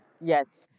Yes